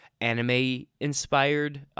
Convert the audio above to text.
anime-inspired